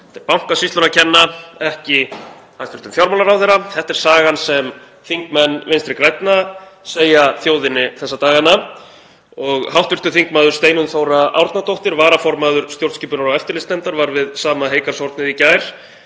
Þetta er Bankasýslunni að kenna, ekki hæstv. fjármálaráðherra. Þetta er sagan sem þingmenn Vinstri grænna segja þjóðinni þessa dagana. Hv. þm. Steinunn Þóra Árnadóttir, varaformaður stjórnskipunar- og eftirlitsnefndar, var við sama heygarðshornið í gær